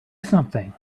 something